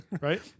Right